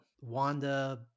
Wanda